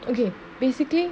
okay basically